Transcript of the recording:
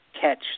catch